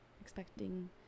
expecting